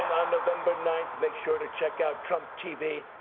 november ninth, make sure to check out trump tv,